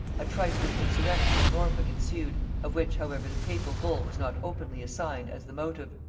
a trifling insurrection in norfolk ensued, of which however the papal bull was not openly assigned as the motive,